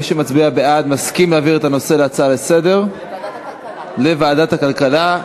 מי שמצביע בעד מסכים להעביר את הנושא כהצעה לסדר-היום לוועדת הכלכלה.